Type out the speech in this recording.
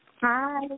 Hi